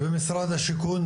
משרד השיכון,